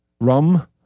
rum